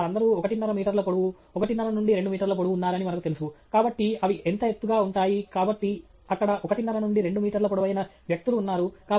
మరియు వారందరు ఒకటిన్నర మీటర్ల పొడవు ఒకటిన్నర నుండి రెండు మీటర్ల పొడవు ఉన్నారని మనకు తెలుసు కాబట్టి అవి ఎంత ఎత్తుగా ఉంటాయి కాబట్టి అక్కడ ఒకటిన్నర నుండి రెండు మీటర్ల పొడవైన వ్యక్తులు ఉన్నారు